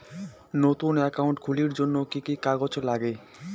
নতুন একাউন্ট খুলির জন্যে কি কি কাগজ নাগে?